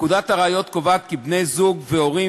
פקודת הראיות קובעת כי בני-זוג והורים